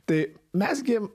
tai mes gi